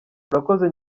urakoze